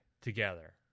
together